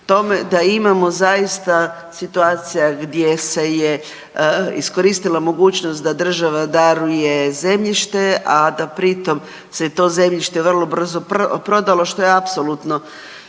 da imamo zaista situacija gdje se je iskoristila mogućnost da država daruje zemljište, a da pri tom se to zemljište vrlo brzo prodalo što je apsolutno